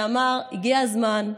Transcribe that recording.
שאמר: הגיע הזמן,